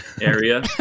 area